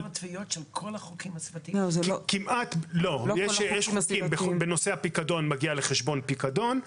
הקנסות בנושא הפיקדון מגיעים לחשבון הפיקדון,